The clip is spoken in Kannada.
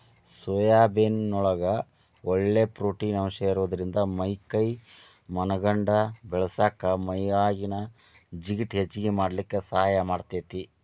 ಸೋಯಾಬೇನ್ ನೊಳಗ ಒಳ್ಳೆ ಪ್ರೊಟೇನ್ ಅಂಶ ಇರೋದ್ರಿಂದ ಮೈ ಕೈ ಮನಗಂಡ ಬೇಳಸಾಕ ಮೈಯಾಗಿನ ಜಿಗಟ್ ಹೆಚ್ಚಗಿ ಮಾಡ್ಲಿಕ್ಕೆ ಸಹಾಯ ಮಾಡ್ತೆತಿ